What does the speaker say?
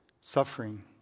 suffering